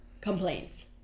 complaints